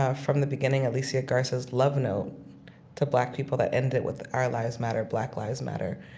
ah from the beginning, alicia garza's love note to black people that ended with, our lives matter, black lives matter,